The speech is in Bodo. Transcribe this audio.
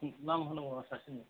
नामबो होनांगौ नामा सार